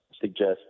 suggest